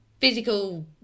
physical